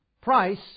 price